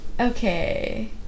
okay